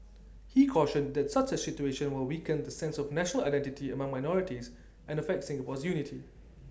he cautioned that such A situation will weaken the sense of national identity among minorities and affect Singapore's unity